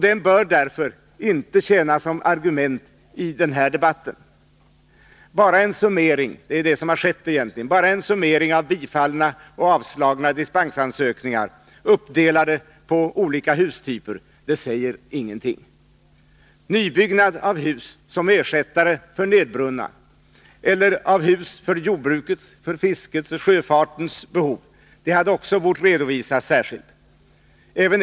Den bör därför inte tjäna som argument i denna debatt. Bara en summering — det är egentligen vad som har gjorts — av bifallna och avslagna dispensansökningar uppdelade på olika hustyper säger ingenting. Nybyggnad av hus som ersättning för nedbrunna eller av hus för jordbruket, fisket och sjöfarten borde ha redovisats särskilt.